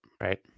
right